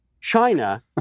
China